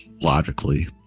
logically